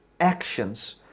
actions